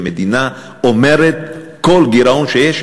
והמדינה אומרת: כל גירעון שיש,